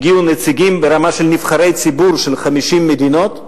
והגיעו נציגים ברמה של נבחרי ציבור של 50 מדינות.